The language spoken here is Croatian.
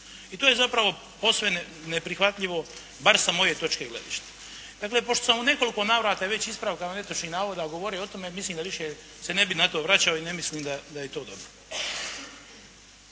I to je zapravo posve neprihvatljivo, bar sa moje točke gledišta. Dakle, pošto sam u nekoliko navrata i već ispravkama netočnih navoda govorio o tome, mislim da više se ne bi na to vraćao i ne mislim da je to dobro.